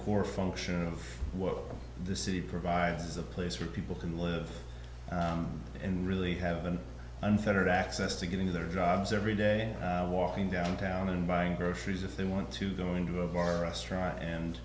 core function of what the city provides is a place where people can live in really have an unfettered access to getting to their jobs every day walking downtown and buying groceries if they want to go into a bar or restaurant and